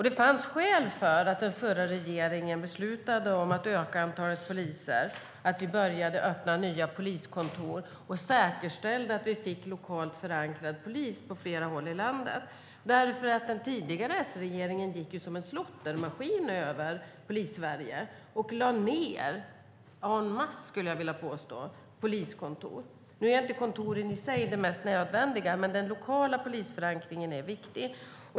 Det fanns skäl till att den förra regeringen beslutade om att öka antalet poliser, att vi började öppna nya poliskontor och säkerställde att vi fick lokalt förankrad polis på fler håll i landet. Den tidigare S-regeringen hade ju gått som en slåttermaskin över Polissverige och lagt ned - en masse, skulle jag vilja påstå - poliskontor. Nu är inte kontoren i sig det mest nödvändiga, men den lokala polisförankringen är viktig.